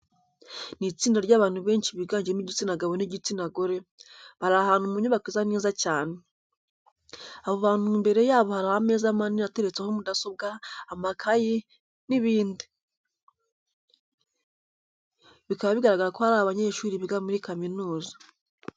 Ni itsinda ry'abantu benshi biganjemo igitsina gabo n'igitsina gire, bari ahantu mu nyubako isa neza cyane. Abo bantu imbere yabo hari ameza manini ateretseho mudazobwa, amakayi, ji n'ibindi. Bikaba bigaragara ko ari abanyeshuri biga muri kaminuza.